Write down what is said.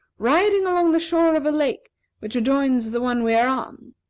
riding along the shore of a lake which adjoins the one we are on.